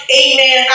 amen